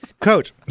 Coach